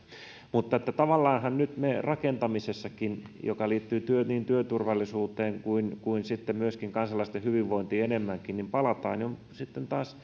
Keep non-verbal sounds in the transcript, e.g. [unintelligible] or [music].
mutta tavallaanhan nyt rakentamisessakin joka liittyy niin työturvallisuuteen kuin kuin sitten myöskin kansalaisten hyvinvointiin enemmänkin palataan taas [unintelligible]